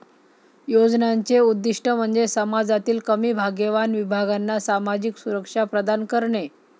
योजनांचे उद्दीष्ट म्हणजे समाजातील कमी भाग्यवान विभागांना सामाजिक सुरक्षा प्रदान करणे